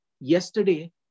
yesterday